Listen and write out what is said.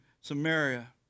Samaria